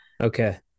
okay